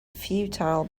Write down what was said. futile